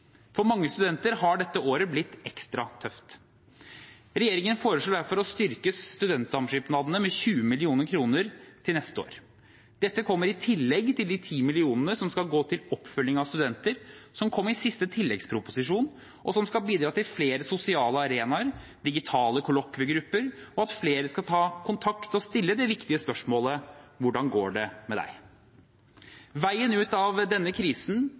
For mange studenter har dette året blitt ekstra tøft. Regjeringen foreslår derfor å styrke studentsamskipnadene med 20 mill. kr til neste år. Dette kommer i tillegg til de 10 mill. kr som skal gå til oppfølging av studenter, som kom i siste tilleggsproposisjon, og som skal bidra til flere sosiale arenaer, digitale kollokviegrupper og at flere skal ta kontakt og stille det viktige spørsmålet: Hvordan går det med deg? Veien ut av denne krisen,